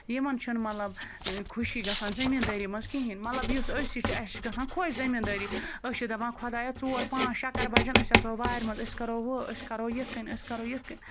یِمَن چھُنہٕ مطلب خوشی گژھان زٔمیٖندٲری منٛز کِہیٖنۍ مطلب یُس أسۍ چھِ اَسہِ چھِ گژھان خۄش زٔمیٖندٲری أسۍ چھِ دَپان خۄدایا ژور پانٛژھ شےٚ کَر بَجَن أسۍ اَژو وارِ منٛز أسۍ کَرو ہُہ أسۍ کَرو یِتھ کٔنۍ أسۍ کَرو یِتھ کٔنۍ